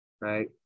Right